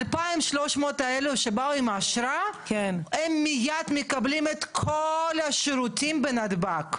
2,321 האלו שבאו עם אשרה מיד מקבלים את כל השירותים בנתב"ג.